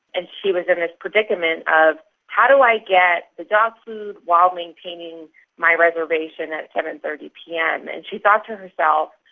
and she was in this ah predicament of how do i get the dog food while maintaining my reservation at seven thirty pm? and she thought to herself,